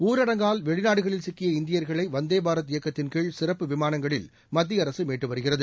ஊரடங்கால் வெளிநாடுகளில் சிக்கிய இந்தியர்களை வந்தே பாரத் இயக்கத்தின்கீழ் சிறப்பு விமானங்களில் மத்திய அரசு மீட்டு வருகிறது